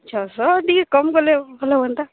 ଛଅଶହ ଟିକେ କମ୍ କଲେ ଭଲ ହୁଅନ୍ତା